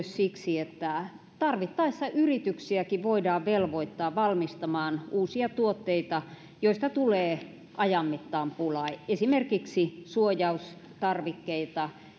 siksi että tarvittaessa yrityksiäkin voidaan velvoittaa valmistamaan uusia tuotteita joista tulee ajan mittaan pulaa esimerkiksi suojaustarvikkeita